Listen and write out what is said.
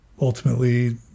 ultimately